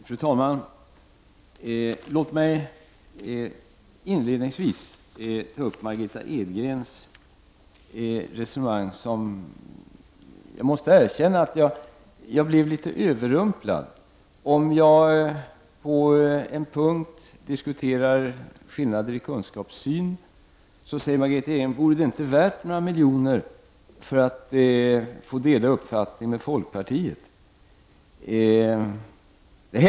Fru talman! Låt mig inledningsvis ta upp Margitta Edgrens resonemang, som jag måste erkänna att jag blev litet överrumplad av. Då jag på en punkt diskuterar skillnader i kunskapssyn, säger Margitta Edgren: Vore det inte värt några miljoner att få dela uppfattning med folkpartiet?